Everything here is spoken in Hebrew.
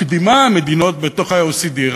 מקדימה מדינות בתוך ה-OECD,